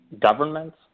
governments